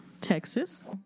Texas